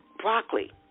Broccoli